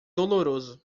doloroso